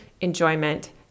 enjoyment